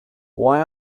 why